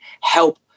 help